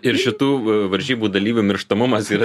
ir šitų varžybų dalyvių mirštamumas yra